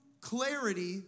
clarity